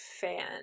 fan